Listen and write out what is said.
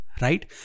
right